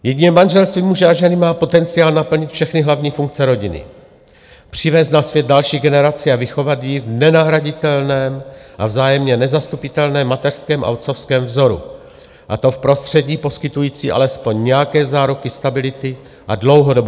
Jedině manželství muže a ženy má potenciál naplnit všechny hlavní funkce rodiny, přivést na svět další generaci a vychovat ji v nenahraditelném a vzájemně nezastupitelném mateřském a otcovském vzoru, a to v prostředí poskytujícím alespoň nějaké záruky stability a dlouhodobosti.